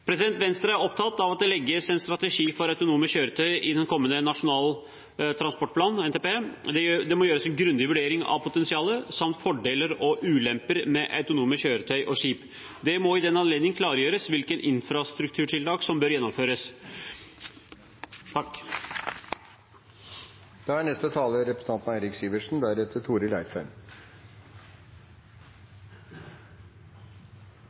Venstre er opptatt av at det legges en strategi for autonome kjøretøy i den kommende Nasjonal transportplan, NTP. Det må gjøres en grundig vurdering av potensialet samt fordeler og ulemper med autonome kjøretøy og skip. Det må i den anledning klargjøres hvilke infrastrukturtiltak som bør gjennomføres. Dagen i dag tror jeg er